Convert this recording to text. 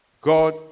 God